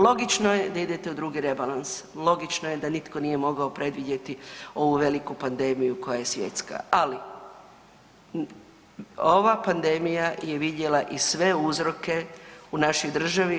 Logično je da idete u drugi rebalans, logično je da nitko nije mogao predvidjeti ovu veliku pandemiju koja je svjetska, ali ova pandemija je vidjela i sve uzroke u našoj državi.